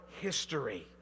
history